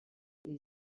les